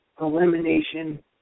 elimination